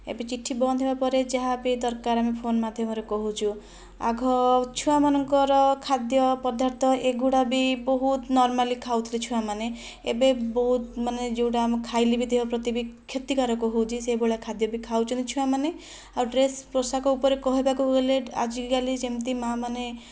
ଏବେ ଚିଠି ବନ୍ଦ ହେବା ପରେ ଯାହା ବି ଦରକାର ଆମେ ଫୋନ ମାଧ୍ୟମରେ କହୁଛୁ ଆଗ ଛୁଆମାନଙ୍କର ଖାଦ୍ୟ ପଦାର୍ଥ ଏଗୁଡ଼ା ବି ବହୁତ ନର୍ମାଲି ଖାଉଥିଲେ ଛୁଆମାନେ ଏବେ ବହୁତ ମାନେ ଯେଉଁଟା ଆମେ ଖାଇଲେ ବି ଦେହ ପ୍ରତି ବି କ୍ଷତିକାରକ ହେଉଛି ସେହି ଭଳିଆ ଖାଦ୍ୟ ବି ଖାଉଛନ୍ତି ଛୁଆମାନେ ଆଉ ଡ୍ରେସ ପୋଷାକ ଉପରେ କହିବାକୁ ଗଲେ ଆଜିକାଲି ଯେମିତି ମା'ମାନେ